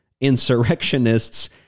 insurrectionists